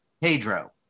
Pedro